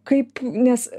kaip nes